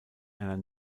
einer